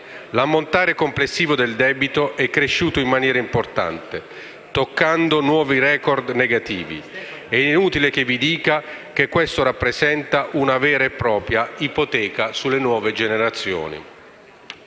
L'ammontare complessivo del debito è cresciuto in maniera importante, toccando nuovi *record* negativi, ed è inutile che vi dica che questo rappresenta una vera e propria ipoteca sulle nuove generazioni.